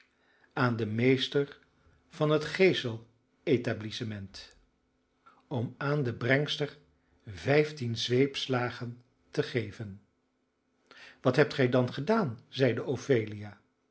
aan den meester van het geesel etablissement om aan de brengster vijftien zweepslagen te geven wat hebt gij dan gedaan zeide